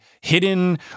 hidden